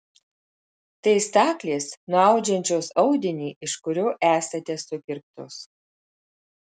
tai staklės nuaudžiančios audinį iš kurio esate sukirptos